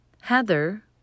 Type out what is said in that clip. Heather